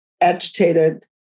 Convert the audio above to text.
agitated